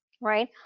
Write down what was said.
right